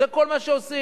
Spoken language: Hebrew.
זה כל מה שעושים.